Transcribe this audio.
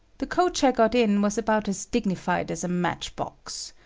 the coach i got in was about as dignified as a match-box.